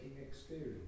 experience